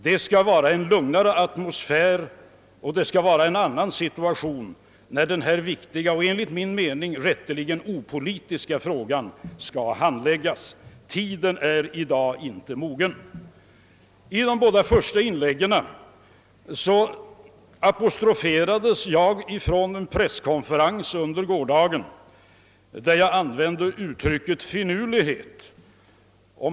Det skall vara en lugnare atmosfär och det skall vara en annan situation, när denna viktiga och enligt min mening rätteligen opolitiska fråga skall handläggas. Tiden är i dag inte mogen. I de båda första inläggen apostroferades jag för att jag vid en presskonferens under gårdagen använde uttrycket »finurlighet».